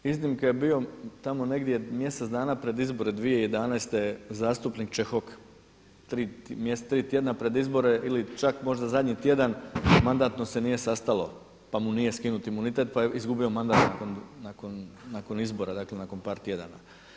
Iznimke je bio tamo negdje mjesec dana pred izbore 2011. zastupnik Čehok tri tjedna pred izbore ili čak možda zadnji tjedan mandatno se nije sastalo pa mu nije skinut imunitet pa je izgubio mandat nakon izbora, dakle nakon par tjedana.